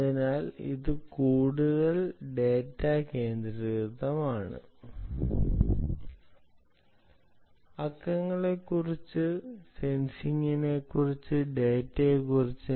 അതിനാൽ ഇത് കൂടുതൽ ഡാറ്റാ കേന്ദ്രീകൃതമാണ് അക്കങ്ങളെക്കുറിച്ച് സെൻസിംഗിനെക്കുറിച്ച് ഡാറ്റയെക്കുറിച്ച്